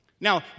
Now